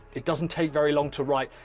it doesn't take very long to write.